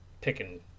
picking